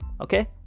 okay